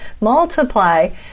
multiply